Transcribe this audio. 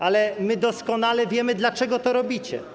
Ale my doskonale wiemy, dlaczego to robicie.